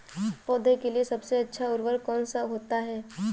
पौधे के लिए सबसे अच्छा उर्वरक कौन सा होता है?